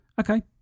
okay